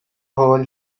hole